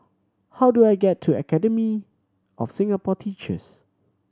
how do I get to Academy of Singapore Teachers